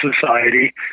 society